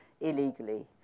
illegally